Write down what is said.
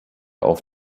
auf